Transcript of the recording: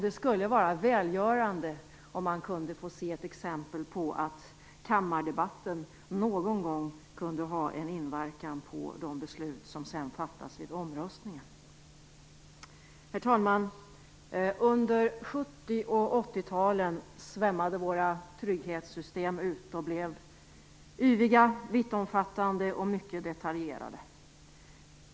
Det skulle vara välgörande om man nu kunde få se ett exempel på att kammardebatten kan ha en inverkan på de beslut som sedan fattas vid omröstningen. Herr talman! Under 1970 och 80-talen svällde våra trygghetssystem ut och blev yviga, vittomfattande och detaljerade.